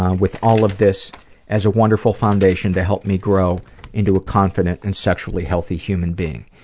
ah with all of this as a wonderful foundation to help me grow into a confident and sexually healthy human being,